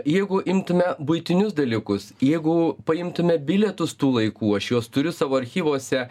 jeigu imtume buitinius dalykus jeigu paimtume bilietus tų laikų aš juos turiu savo archyvuose